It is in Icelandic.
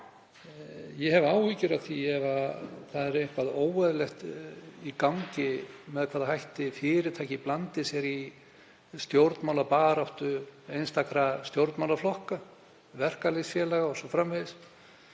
Ég hef áhyggjur af því ef það er eitthvað óeðlilegt í gangi, með hvaða hætti fyrirtæki blanda sér í stjórnmálabaráttu einstakra stjórnmálaflokka, verkalýðsfélaga o.s.frv.